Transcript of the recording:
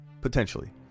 Potentially